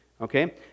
okay